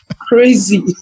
crazy